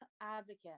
Advocate